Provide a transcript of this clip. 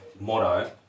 motto